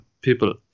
people